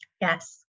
Yes